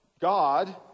God